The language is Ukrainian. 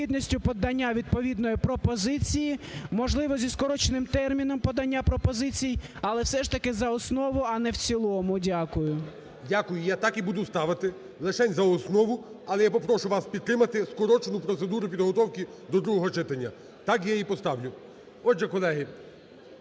Дякую. Я так і буду ставити: лишень за основу. Але я попрошу вас підтримати скорочену процедуру підготовки до другого читання, так я і поставлю. Отже, колеги,